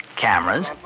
cameras